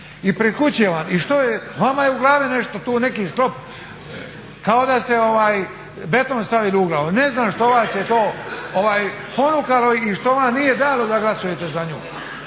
ispred kuće vam i što je? Vama je u glavi tu nešto, tu neki sklop kao da ste beton stavili u glavu. Ne znam što vas je to ponukalo i što vam nije dalo da glasujete za nju